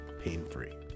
pain-free